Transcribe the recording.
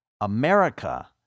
America